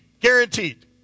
Guaranteed